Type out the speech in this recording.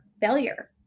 failure